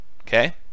Okay